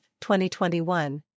2021